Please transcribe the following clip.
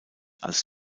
als